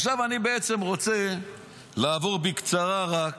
עכשיו אני רוצה לעבור בקצרה מה